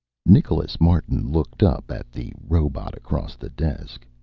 nicholas martin looked up at the robot across the desk.